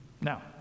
Now